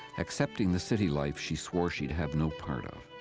accepting the city life she swore she'd have no part of.